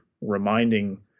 reminding